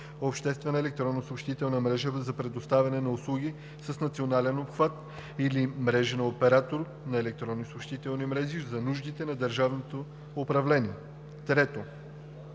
обществена електронна съобщителна мрежа за предоставянето на услуги с национален обхват или мрежа на оператор на електронна съобщителна мрежа за нуждите на държавното управление; 3.